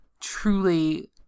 truly